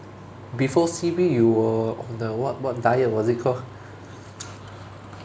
before C_B you were on the what what diet was it call